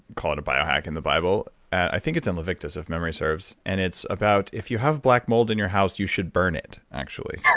call it a bio hack, in the bible. i think it's on leviticus if memory serves. and it's about, if you have black mold in your house you should burn it actually.